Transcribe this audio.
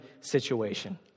situation